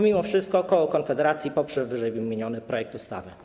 Mimo wszystko koło Konfederacji poprze ww. projekt ustawy.